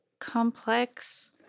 Complex